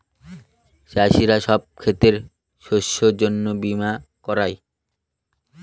চাষীরা সব ক্ষেতের শস্যের জন্য বীমা করায়